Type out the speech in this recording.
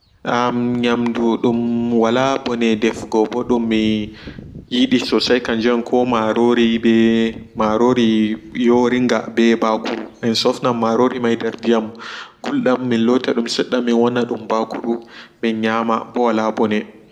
Am nyamdu dum wala ɓone defugo dum miyidi sosai kankum on marori yoringa ɓe ɓakuru en sofnan marori mai nder diyam duldam min lota dum sedda min wannadum ɓakuru se min nyama.